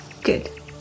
Good